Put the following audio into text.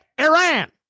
Iran